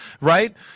right